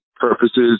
purposes